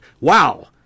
Wow